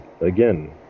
again